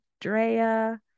drea